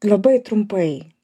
labai trumpai